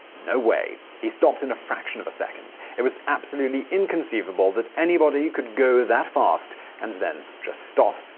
no way. he stopped in a fraction of a second. it was absolutely inconceivable that anybody could go that fast and then just stop,